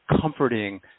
comforting